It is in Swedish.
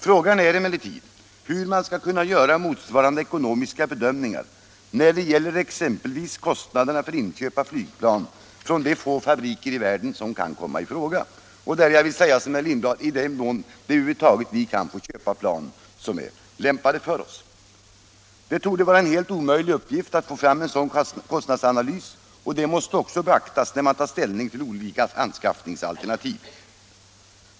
Frågan är emellertid hur man skall kunna göra motsvarande ekonomiska bedömningar när det gäller exempelvis kostnaderna för inköp av flygplan från de fabriker i världen som kan komma i fråga. Jag vill där säga som herr Lindblad: i den mån vi över huvud taget kan få köpa plan som är lämpade för oss. Att göra en sådan analys torde vara en helt omöjlig uppgift, och detta måste beaktas när man tar ställning till olika anskaffningsalternativ.